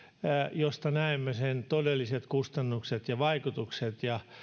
josta näemme sen todelliset kustannukset ja vaikutukset ja